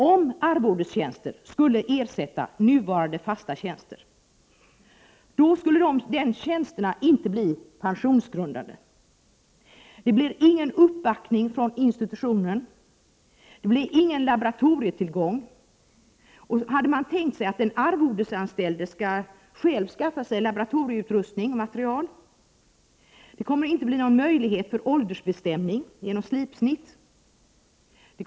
Om arvodestjänter skulle ersätta den nuvarande fasta tjänten, skulle dessa tjänster icke bli pensionsgrundande. Det blir ingen uppbackning från institutionen. Det blir ingen laboratorietillgång — hade man tänkt sig att den arvodesanställde själv skulle skaffa laboratorieutrustning och material? Det kommer inte att bli någon möjlighet till åldersbestämning genom slipsnitt.